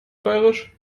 bairisch